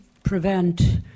prevent